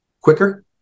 quicker